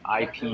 IP